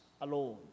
alone